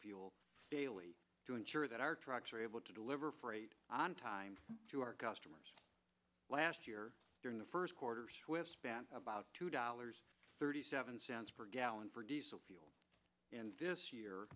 fuel daily to ensure that our trucks are able to deliver freight on time to our customers last year during the first quarter swiss spent about two dollars thirty seven cents per gallon for diesel fuel and this year